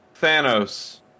Thanos